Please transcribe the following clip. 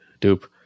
Dupe